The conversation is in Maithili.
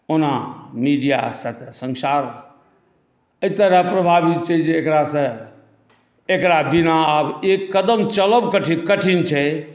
ओना मिडिआ संसार एहि तरह प्रभावित छै जे एकरासँ एकरा बिना आब एक कदम चलब कठिन छै